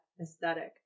aesthetic